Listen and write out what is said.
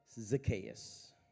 Zacchaeus